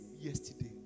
yesterday